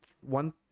one